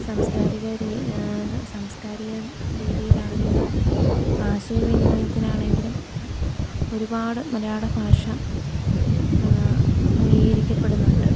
അതു സംസ്കാരിക രീതിയിലാണെങ്കിലും ആശയവിനിമയത്തിനാണെങ്കിലും ഒരുപാട് മലയാള ഭാഷ അംഗീകരിക്കപ്പെടുന്നുണ്ട്